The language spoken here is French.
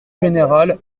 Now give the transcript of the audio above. général